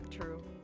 True